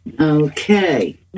Okay